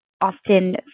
often